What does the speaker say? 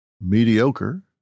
mediocre